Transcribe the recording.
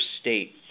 state